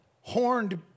horned